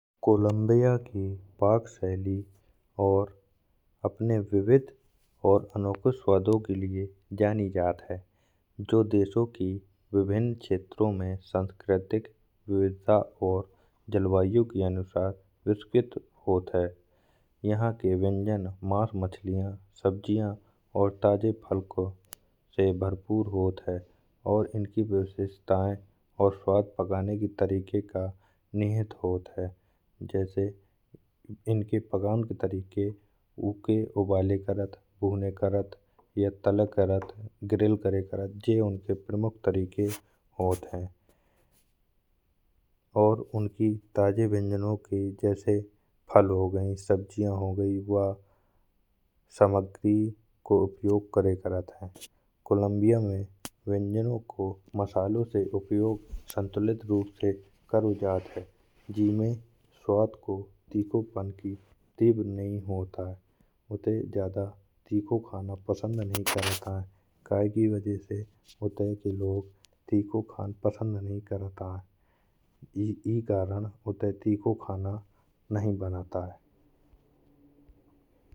कोलंबिया की पाक शैली और अपने विविध और अनोखे स्वादों के लिए जानी जात है। जो देशों की विभिन्न क्षेत्रों में सांस्कृतिक विविधता और जलवायु के अनुसार प्रभावित होते हैं। यहाँ के व्यंजन मांस, मछलियाँ, सब्जियाँ और ताजे फल से भरपूर होते हैं और इनकी विशेषताएँ और स्वाद पकाने की तरीके का निहित होता है। जैसे इनके पकाने की तरीके उबाले करते, भूने करते या तले करते या ग्रिल करें करते हैं। जो उनके प्रमुख तरीके होते हैं और उनकी ताजे व्यंजनों के जैसे फल हो गए, सब्जियाँ हो गईं और सामग्री को उपयोग करें करते हैं। कोलंबिया में व्यंजनों को मसालों से उपयोग संतुलित रूप से करते हैं। जिसमें स्वाद को तीखापन की तीव्रता नहीं होती है। उत्ते जादा तीखा खाना पसंद नहीं करते हैं। क्योंकि की वजह से उत्ते के लोग तीखा खाना पसंद नहीं करते हैं, तो उत्ते तीखा खाना नहीं बनाते हैं।